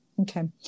Okay